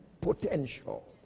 potential